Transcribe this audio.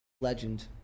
legend